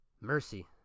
Mercy